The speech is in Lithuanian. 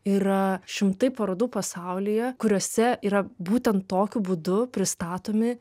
yra šimtai parodų pasaulyje kuriose yra būtent tokiu būdu pristatomi